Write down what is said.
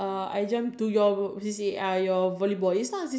I don't think they have really nice voice I think they just like